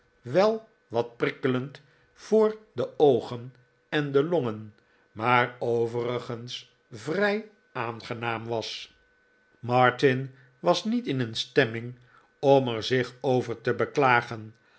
wel wat prikkelend voor de oogen en de longen maar oyerigens vrij aangenaam was martin was niet in een stemming om er zich over te beklagen